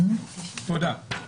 תודה.